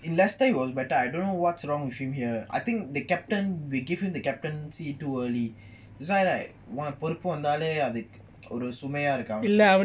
in leicester he was better I don't know what's wrong with him here I think the captain we give him the captaincy too early that's why like பொறுப்புவந்தாலேஅதுசுமையாஇருக்குஅவனுக்கு:porupu vandhale adhu sumaya irukku avanuku